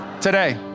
today